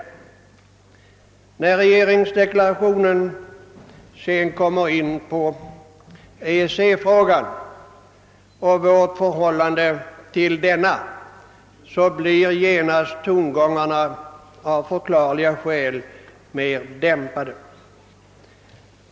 När man sedan i regeringsdeklarationen kommer in på vårt förhållande till EEC blir tongångarna genast av förklarliga skäl mera dämpade.